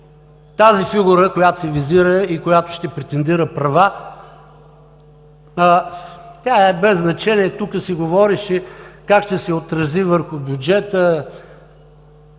тази фигура, която се визира и която ще претендира права, е без значение – тук се говореше как ще се отрази върху бюджета.